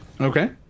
Okay